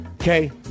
okay